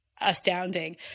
astounding